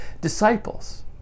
disciples